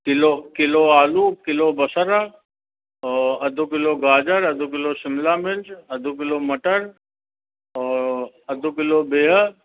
kilo किलो आलू किलो बसर ओ अधु किलो गाजर अधु किलो शिमिला मिर्च अधु किलो मटर ऐं अधु किलो बिह